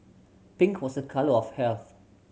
pink was a colour of health